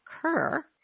occur